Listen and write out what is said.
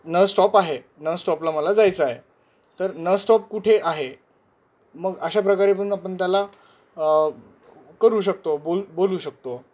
नळ स्टॉप आहे नळ स्टॉपला मला जायचं आहे तर नळ स्टॉप कुठे आहे मग अशा प्रकारे पण आपण त्याला करू शकतो बोल बोलू शकतो